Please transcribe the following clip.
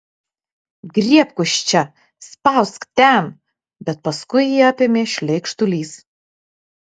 griebk už čia spausk ten bet paskui jį apėmė šleikštulys